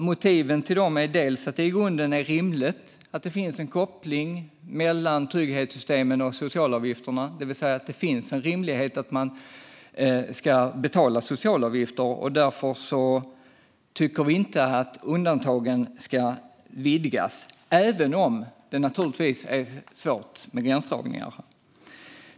Motiveringen är bland annat att det i grunden är rimligt att det finns en koppling mellan trygghetssystemen och socialavgifterna, det vill säga att det finns en rimlighet att man ska betala socialavgifter. Därför tycker vi inte att undantagen ska vidgas, även om det naturligtvis är svårt med gränsdragningar.